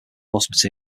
coarse